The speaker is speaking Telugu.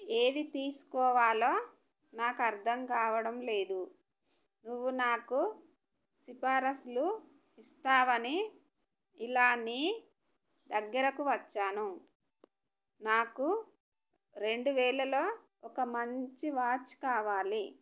ఏది తీసుకోవాలో నాకు అర్థం కావడం లేదు నువ్వు నాకు సిఫార్సు ఇస్తావు అని ఇలా నీ దగ్గరకు వచ్చాను నాకు రెండు వేలలో ఒక మంచి వాచ్ కావాలి